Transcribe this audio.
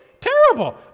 Terrible